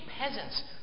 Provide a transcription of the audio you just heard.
peasant's